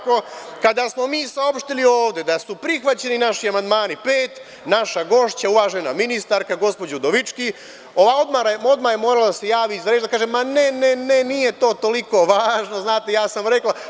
Kada smo mi saopštili ovde da su prihvaćeni naši amandmani, pet, naša gošća, uvažena ministarka gospođa Udovički odmah je morala da se javi za reč i da kaže – ma ne, ne, ne, nije to toliko važno, znate, ja sam rekla.